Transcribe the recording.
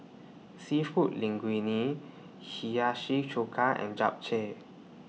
Seafood Linguine Hiyashi Chuka and Japchae